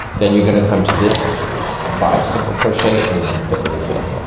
then you're gonna come to this five single crochet and then fill those in.